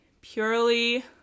purely